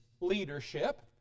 leadership